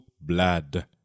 blood